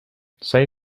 say